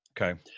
Okay